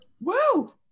woo